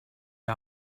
our